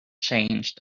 changed